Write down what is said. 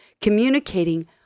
communicating